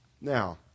Now